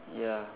ya